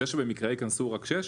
זה שבמקרה ייכנסו רק שש,